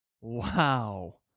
Wow